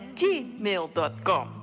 gmail.com